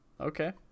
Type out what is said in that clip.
Okay